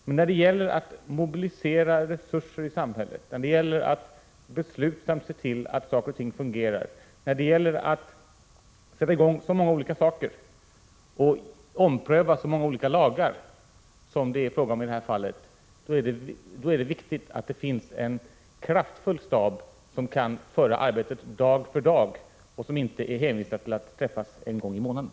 Men när det gäller att mobilisera resurser i samhället, att beslutsamt se till att saker och ting fungerar samt att sätta i gång så många olika saker och ompröva så många olika lagar som det är fråga om i detta fall, då är det viktigt att det finns en kraftfull stab som kan föra arbetet framåt dag för dag och som inte är hänvisad till att träffas en gång i månaden.